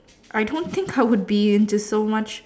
I don't think I would be into so much